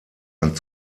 ein